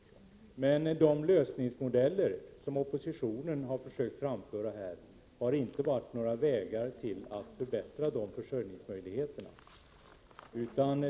Men de modeller till lösning som oppositionen har försökt framföra har inte visat några vägar till att förbättra de försörjningsmöjligheterna.